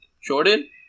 jordan